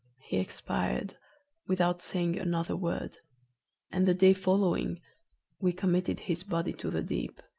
he expired without saying another word and the day following we committed his body to the deep.